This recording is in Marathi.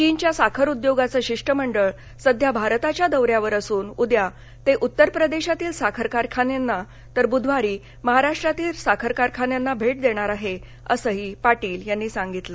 चीनच्या साखर उद्योगाचं शिष्टमंडळ सध्या भारताच्या दौऱ्यावर असून उद्या ते उत्तर प्रदेशातील साखर कारखान्यांना तर बुधवारी महाराष्ट्रातील साखर कारखान्यांना भेट देणार आहे असंही पाटील यांनी सांगितलं